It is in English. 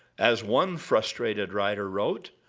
as one frustrated writer wrote,